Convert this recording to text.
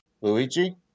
Luigi